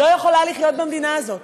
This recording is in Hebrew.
משפחה לא יכולה לחיות במדינה הזאת.